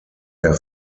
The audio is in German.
der